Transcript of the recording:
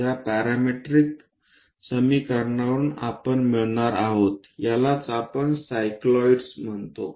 या पॅरामीट्रिक समीकरणावरून आपण मिळणार आहोत यालाच आपण सायक्लॉइड म्हणतो